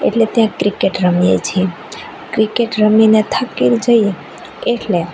એટલે ત્યાં ક્રિક્રેટ રમીએ છીએ ક્રિક્રેટ રમીને થાકી જઈએ એટલે